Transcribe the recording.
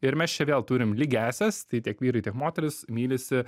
ir mes čia vėl turim lygiąsias tai tiek vyrai tiek moterys mylisi